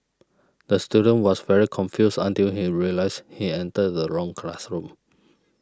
the student was very confused until he realised he entered the wrong classroom